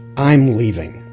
i'm leaving!